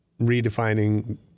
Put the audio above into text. redefining